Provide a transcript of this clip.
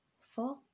four